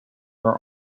are